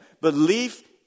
Belief